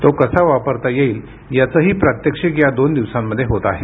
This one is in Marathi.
तो कसा वापरता येईल याचंही प्रात्यक्षिक या दोन दिवसांमध्ये होत आहे